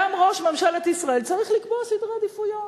גם ראש ממשלת ישראל צריך לקבוע סדר עדיפויות.